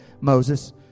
Moses